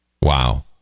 Wow